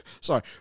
sorry